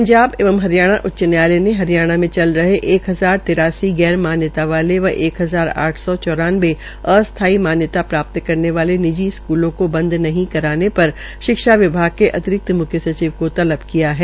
पंजाब एंव हरियाणा उच्च न्यायालय ने हरियाणा में चल रहे एक हजार तिरासी गैर मान्यता वाले व एक हजार आठ सौ चोरानबे अस्थायी मान्यता प्राप्त करने वाले निजी स्कूलों को बंद नहीं कराने पर शिक्षा विभाग के अतिरिक्त मुख्य सचिव को तलब किया है